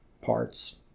parts